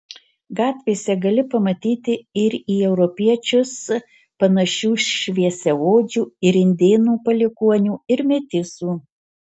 gatvėse gali pamatyti ir į europiečius panašių šviesiaodžių ir indėnų palikuonių ir metisų